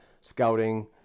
scouting